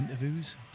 interviews